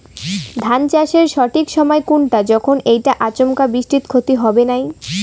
ধান চাষের সঠিক সময় কুনটা যখন এইটা আচমকা বৃষ্টিত ক্ষতি হবে নাই?